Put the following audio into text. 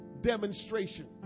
demonstration